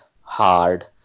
hard